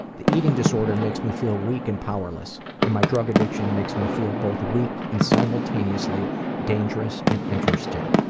the eating disorder makes me feel weak and powerless, and my drug addiction makes me feel both weak and simultaneously dangerous and interesting.